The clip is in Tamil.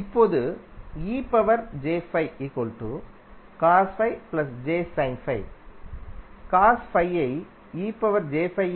இப்போது ஐ